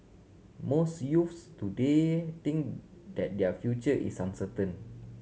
most youths today think that their future is uncertain